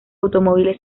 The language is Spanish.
automóviles